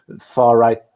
far-right